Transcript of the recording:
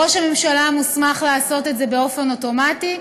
ראש הממשלה מוסמך לעשות את זה באופן אוטומטי,